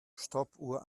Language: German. stoppuhr